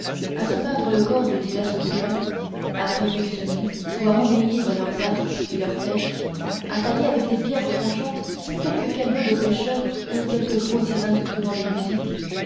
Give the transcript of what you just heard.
à se peindre le corps de diverses couleurs à perfectionner ou à embellir leurs arcs et leurs flèches à tailler avec des pierres tranchantes quelques canots de pêcheurs ou quelques grossiers instruments de musique